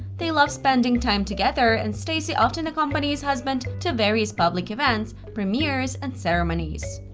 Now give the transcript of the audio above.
they love spending time together and stacey often accompanies husband to various public events, premiers and ceremonies.